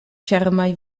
ĉarmaj